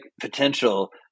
potential